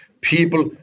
people